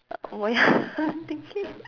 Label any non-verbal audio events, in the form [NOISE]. [LAUGHS] I'm thinking